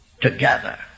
together